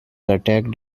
attacked